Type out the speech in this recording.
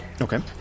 Okay